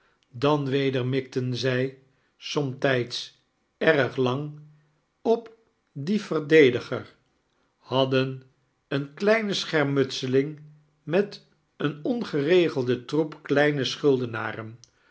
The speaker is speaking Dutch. dan weder mikten zij somtijdis erg lang op dien verdediger hadden eene kleine schermutseling met een bngeregelden troep kleine schuldenaren